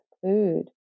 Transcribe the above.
food